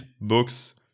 books